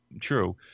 true